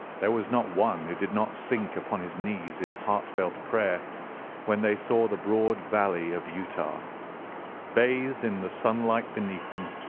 there was not one who did not sink upon his knees in heartfelt prayer when they saw the broad valley of utah bathed in the sunlight beneath them,